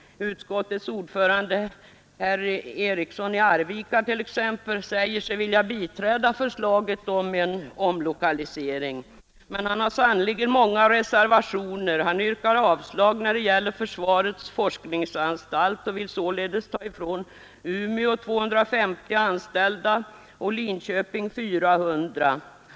Utskottets ordförande, herr Eriksson i Arvika, säger sig vilja biträda förslaget om en omlokalisering. Men han har sannerligen många reservationer. Han yrkar avslag när det gäller försvarets forksningsanstalt och vill således ta ifrån Umeå 250 anställda och Linköping 400.